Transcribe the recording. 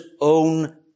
own